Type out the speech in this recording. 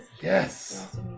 Yes